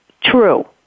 True